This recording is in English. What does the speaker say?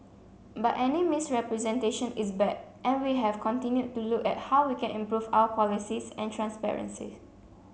but any misrepresentation is bad and we have continued to look at how we can improve our policies and transparency